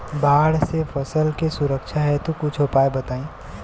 बाढ़ से फसल के सुरक्षा हेतु कुछ उपाय बताई?